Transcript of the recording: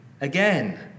again